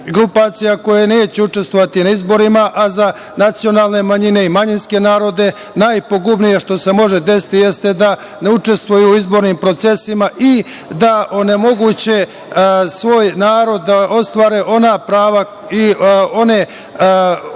grupacija koje neće učestvovati na izborima, a za nacionalne manjine i manjinske narode najpogubnije što se može desiti jeste da ne učestvuju u izbornim procesima i da onemoguće svoj narod da ostvari ona prava i one povlastice